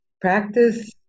practice